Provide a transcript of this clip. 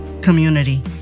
community